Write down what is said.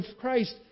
Christ